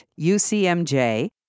UCMJ